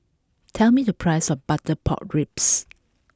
tell me the price of butter pork ribs